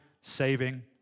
saving